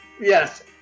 Yes